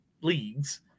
leagues